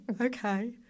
okay